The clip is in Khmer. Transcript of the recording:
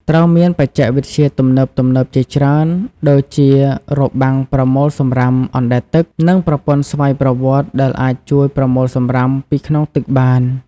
ត្រូវមានបច្ចេកវិទ្យាទំនើបៗជាច្រើនដូចជារបាំងប្រមូលសំរាមអណ្តែតទឹក និងប្រព័ន្ធស្វ័យប្រវត្តិ ដែលអាចជួយប្រមូលសំរាមពីក្នុងទឹកបាន។